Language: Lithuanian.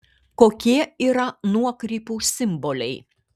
kokie yra nuokrypų simboliai